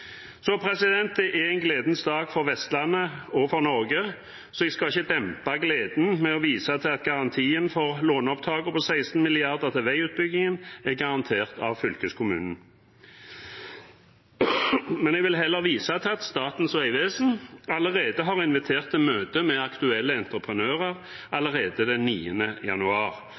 Så dette er en gledens dag for Vestlandet og Norge, og jeg skal ikke dempe gleden ved å vise til at garantien for låneopptaket på 16 mrd. kr til veiutbyggingen er garantert av fylkeskommunen. Jeg vil heller vise til at Statens vegvesen allerede har invitert til møte med aktuelle entreprenører den 9. januar.